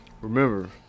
remember